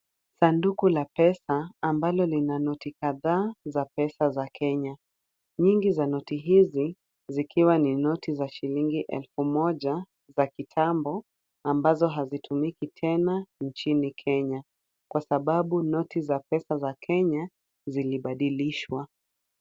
Sanduku la pesa ambalo lina noti kadhaa za pesa za Kenya. Nyingi za noti hizi zikiwa ni noti za shilingi elfu moja za kitambo, ambazo hazitumiki tena nchini Kenya kwasababu noti za pesa za Kenya zilibadilishwa.